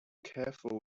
careful